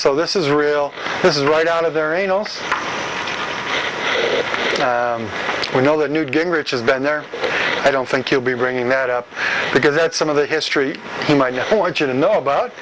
so this is real this is right out of their anal we know that newt gingrich has been there i don't think you'll be bringing that up because that some of the history he might want you to know about